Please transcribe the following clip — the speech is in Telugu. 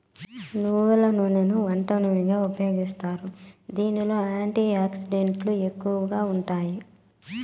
నువ్వుల నూనెని వంట నూనెగా ఉపయోగిస్తారు, దీనిలో యాంటీ ఆక్సిడెంట్లు అధికంగా ఉంటాయి